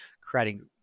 creating